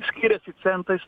skiriasi centais